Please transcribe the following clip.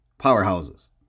powerhouses